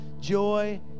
joy